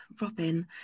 Robin